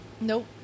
Nope